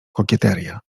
kokieteria